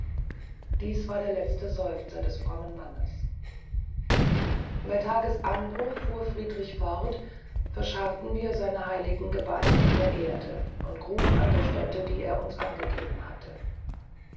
dies war der letzte seufzer des frommen mannes bey tagesanbruch fuhr friedrich fort verscharrten wir seine heiligen gebeine in die erde und gruben an der stäte die er uns angegeben hatte